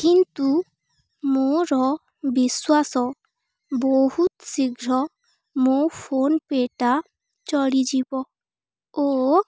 କିନ୍ତୁ ମୋର ବିଶ୍ୱାସ ବହୁତ ଶୀଘ୍ର ମୋ ଫୋନ୍ ପେଟା ଚଳିଯିବ ଓ